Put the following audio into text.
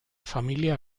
familia